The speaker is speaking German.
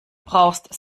brauchst